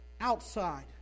outside